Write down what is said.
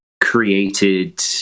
created